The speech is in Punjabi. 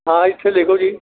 ਹਾਂ ਇੱਥੇ ਲਿਖੋ ਜੀ